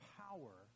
power